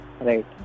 right